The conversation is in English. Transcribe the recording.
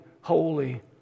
holy